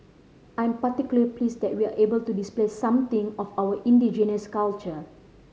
I'm particular pleased that we're able to display something of our indigenous culture